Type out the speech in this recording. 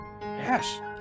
Yes